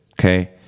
Okay